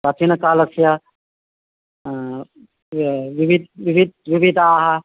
प्राचीनकालस्य विविधाः